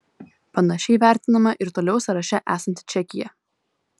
panašiai vertinama ir toliau sąraše esanti čekija